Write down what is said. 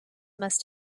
must